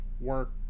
work